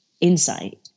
insight